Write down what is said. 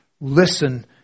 listen